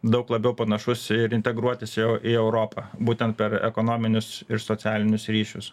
daug labiau panašus ir integruotis jau į europą būtent per ekonominius ir socialinius ryšius